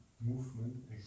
movement